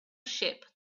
ship